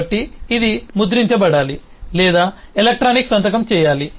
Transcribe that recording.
కాబట్టి ఇది ముద్రించబడాలి లేదా ఎలక్ట్రానిక్ సంతకం చేయాలి